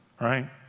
right